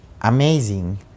amazing